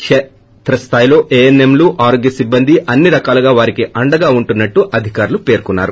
కేత్ర స్దాయిలో ఏఎన్ఎంలు ఆరోగ్య సిబ్బంది అన్ని రకాలుగా వారికి అండగా ఉంటున్నట్టు అధికారులు పేర్కొన్నారు